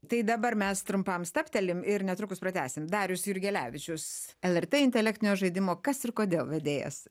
tai dabar mes trumpam stabtelim ir netrukus pratęsim darius jurgelevičius lrt intelektinio žaidimo kas ir kodėl vedėjas